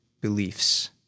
beliefs